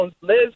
Liz